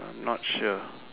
not sure